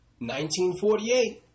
1948